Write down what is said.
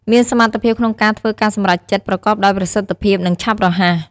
មានសមត្ថភាពក្នុងការធ្វើការសម្រេចចិត្តប្រកបដោយប្រសិទ្ធភាព និងឆាប់រហ័ស។